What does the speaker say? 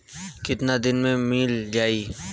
कितना दिन में मील जाई?